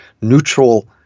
neutral